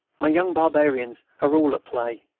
my young barbarians are all at play.